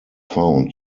found